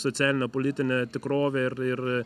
socialinė politinė tikrovė ir ir